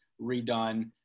redone